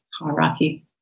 hierarchy